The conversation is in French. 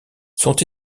sont